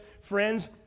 Friends